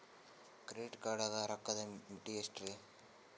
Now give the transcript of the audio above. Credit card ಗ ರೋಕ್ಕದ್ ಮಿತಿ ಎಷ್ಟ್ರಿ?